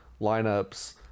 lineups